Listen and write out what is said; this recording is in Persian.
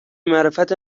معرفت